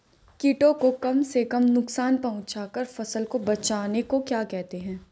कीटों को कम से कम नुकसान पहुंचा कर फसल को बचाने को क्या कहते हैं?